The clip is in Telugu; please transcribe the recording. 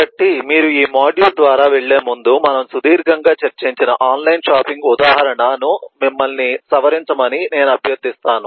కాబట్టి మీరు ఈ మాడ్యూల్ ద్వారా వెళ్ళేముందు మనము సుదీర్ఘంగా చర్చించిన ఆన్లైన్ షాపింగ్ ఉదాహరణ ను మిమ్మల్ని సవరించమని నేను అభ్యర్థిస్తాను